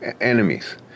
enemies